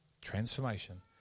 transformation